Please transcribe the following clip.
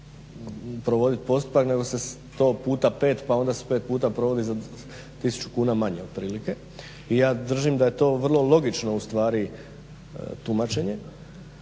javnoj nabavi provodit postupak, nego se 100 puta 5, pa onda se 5 puta provodi za 1000 kuna manje otprilike. I ja držim da je to vrlo logično, ustvari tumačenje.